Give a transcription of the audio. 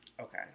Okay